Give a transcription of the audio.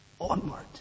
onward